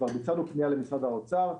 ביצענו פנייה למשרד האוצר,